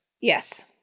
Yes